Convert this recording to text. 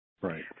right